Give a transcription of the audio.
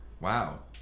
Wow